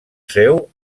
seu